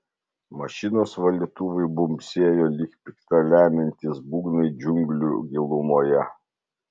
mašinos valytuvai bumbsėjo lyg pikta lemiantys būgnai džiunglių gilumoje